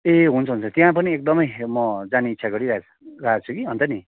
ए हुन्छ हुन्छ त्यहाँ पनि एकदमै म जाने इच्छा गरिरहे रहेको छु कि अन्त नि